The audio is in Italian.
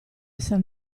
esser